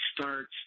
starts